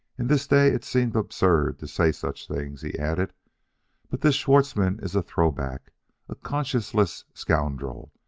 in this day it seems absurd to say such things, he added but this schwartzmann is a throw-back a conscienceless scoundrel.